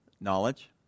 knowledge